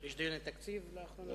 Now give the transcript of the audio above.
יש דיוני תקציב לאחרונה.